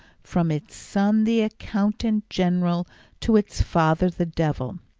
from its son the accountant-general to its father the devil,